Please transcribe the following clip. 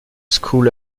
school